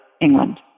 England